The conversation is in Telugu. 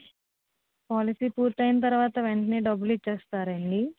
పాలసీ పూర్తైన తర్వాత వెంటనే డబ్బులు ఇచ్చేస్తారా అండి